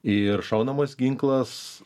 ir šaunamas ginklas